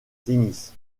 tennis